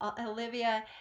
olivia